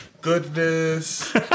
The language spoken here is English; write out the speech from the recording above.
goodness